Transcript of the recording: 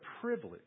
privilege